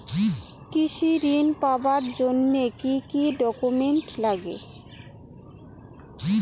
কৃষি ঋণ পাবার জন্যে কি কি ডকুমেন্ট নাগে?